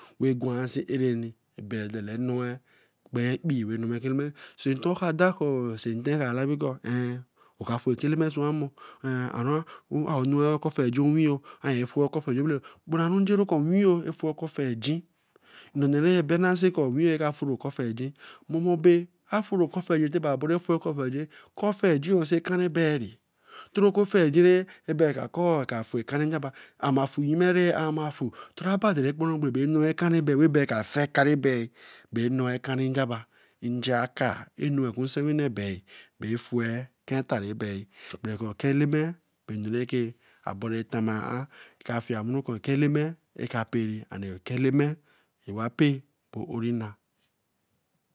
Ra guan si areni be dele noe kpenpee so so ekan eleme. sin ten ka labi koh ehn. oka fu ekan eleme swan eleme swan mo. aro noe okafeign owinworo. okpranwo njeru ko owinyo a fu ofeign no nee ra bensay owina ra sa fue okan feigine. mor bae a furi ekan feigne tay ayen bra fur akan feigine. ekan feigne ra ekan bae ni, ama fu, e bae ka fe ekan ebi noe ekan njaba, njakar. A nu oku nsewine bae njaba ra njakar. A nu oku nsewine bae ra fu ekan eta ra bi ra ko ekan eleme ba berù tama an. Ekan eleme eba paree, ekan eleme e ba pay